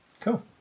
Cool